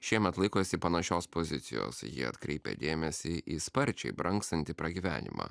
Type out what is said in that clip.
šiemet laikosi panašios pozicijos jie atkreipia dėmesį į sparčiai brangstantį pragyvenimą